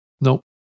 Nope